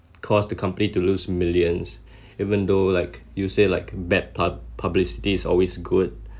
costs the company to lose millions even though like you say like bad pub~ publicity is always good